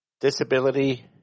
disability